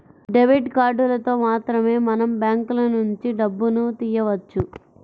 debit కార్డులతో మాత్రమే మనం బ్యాంకులనుంచి డబ్బును తియ్యవచ్చు